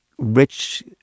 Rich